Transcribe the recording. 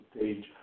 page